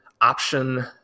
option